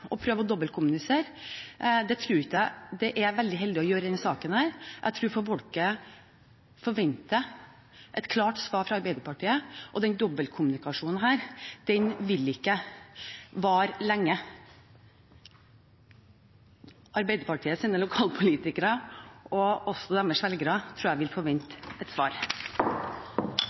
og prøve å dobbeltkommunisere. Det tror jeg ikke det er veldig heldig å gjøre i denne saken. Jeg tror folk forventer et klart svar fra Arbeiderpartiet, og denne dobbeltkommunikasjonen vil ikke vare lenge. Arbeiderpartiets lokalpolitikere, og også deres velgere, tror jeg vil forvente